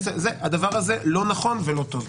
הדבר הזה לא נכון ולא טוב.